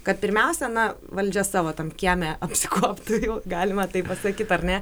kad pirmiausia na valdžia savo tam kieme apsikuoptų jau galima taip pasakyt ar ne